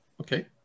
Okay